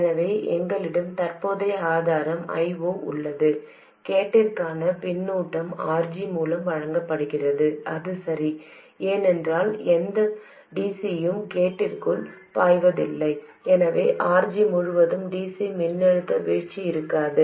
எனவே எங்களிடம் தற்போதைய ஆதாரம் I0 உள்ளது கேட்டிற்கான பின்னூட்டம் RG மூலம் வழங்கப்படுகிறது அது சரி ஏனென்றால் எந்த dcயும் கேட்டிற்குள் பாயவில்லை எனவே RG முழுவதும் dc மின்னழுத்த வீழ்ச்சி இருக்காது